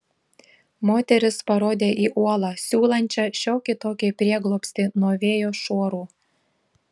moteris parodė į uolą siūlančią šiokį tokį prieglobstį nuo vėjo šuorų